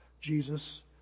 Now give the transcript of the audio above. Jesus